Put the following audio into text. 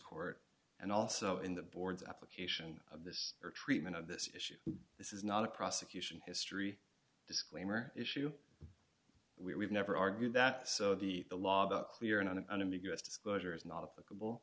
court and also in the board's application of this or treatment of this issue this is not a prosecution history disclaimer issue we've never argued that so the the law the clear and unambiguous disclosure is not acceptable